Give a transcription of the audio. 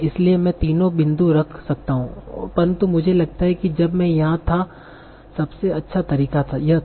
इसलिए मैं तीनों बिंदु रख सकता हूं परंतु मुझे लगता है कि जब मैं यहाँ था सबसे अच्छा तरीका यह था